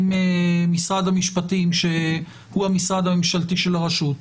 עם משרד המשפטים שהוא המשרד הממשלתי של הרשות,